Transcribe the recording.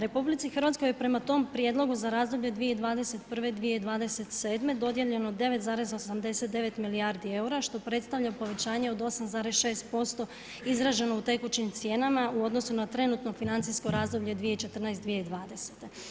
RH je prema tom prijedlogu za razdoblje 2021-2027. dodijeljeno 9,89 milijardi eura, što predstavlja povećanje od 8,6% izraženo u tekućim cijenama u odnosu na trenutno finacijsko razdoblje 2014-2020.